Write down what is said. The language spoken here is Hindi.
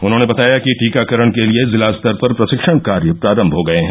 उन्होंने बताया कि दीकाकरण के लिये जिला स्तर पर प्रशिक्षण कार्य प्रारम्भ हो गये हैं